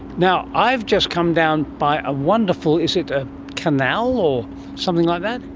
now, i've just come down by a wonderful, is it a canal or something like that?